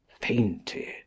fainted